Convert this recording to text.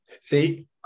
See